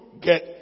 get